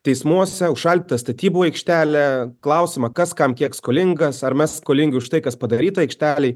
teismuose užšaldytą statybų aikštelę klausimą kas kam kiek skolingas ar mes skolingi už tai kas padaryta aikštelėj